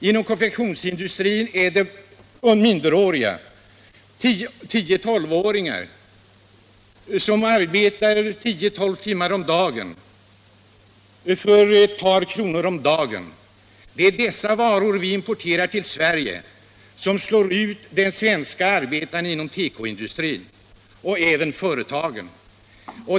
Inom konfektionsindustrin arbetar 10-12-åringar tio tolv timmar om dagen för en dagslön av ett par kronor. Det är dessa varor vi importerar till Sverige, som slår ut den svenske tekoarbetaren — och även företagen inom tekoindustrin.